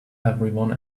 everyone